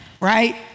right